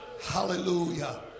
Hallelujah